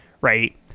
Right